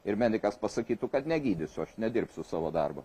ir medikas pasakytų kad negydysiu aš nedirbsiu savo darbo